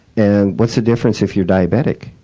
and what's the difference, if you're diabetic?